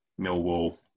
Millwall